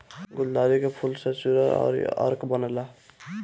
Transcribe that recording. गुलदाउदी के फूल से चूर्ण अउरी अर्क बनेला